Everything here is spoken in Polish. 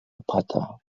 opata